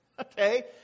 Okay